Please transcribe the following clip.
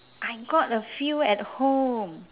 I got a few at home